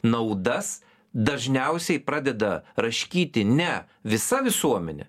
naudas dažniausiai pradeda raškyti ne visa visuomenė